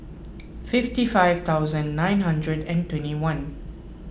fifty five thousand nine hundred and twenty one